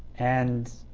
and,